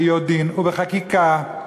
ביודעין ובחקיקה,